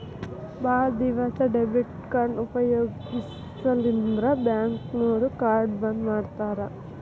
ಭಾಳ್ ದಿವಸ ಡೆಬಿಟ್ ಕಾರ್ಡ್ನ ಉಪಯೋಗಿಸಿಲ್ಲಂದ್ರ ಬ್ಯಾಂಕ್ನೋರು ಕಾರ್ಡ್ನ ಬಂದ್ ಮಾಡ್ತಾರಾ